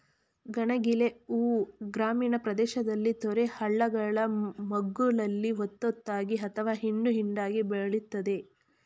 ಗಣಗಿಲೆ ಹೂ ಗ್ರಾಮೀಣ ಪ್ರದೇಶದಲ್ಲಿ ತೊರೆ ಹಳ್ಳಗಳ ಮಗ್ಗುಲಲ್ಲಿ ಒತ್ತೊತ್ತಾಗಿ ಅಥವಾ ಹಿಂಡು ಹಿಂಡಾಗಿ ಬೆಳಿತದೆ